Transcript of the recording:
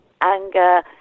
anger